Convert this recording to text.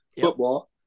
football